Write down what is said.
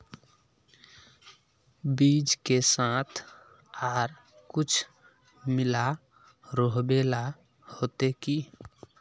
बीज के साथ आर कुछ मिला रोहबे ला होते की?